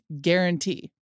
guarantee